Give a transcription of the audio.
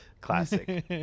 Classic